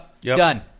Done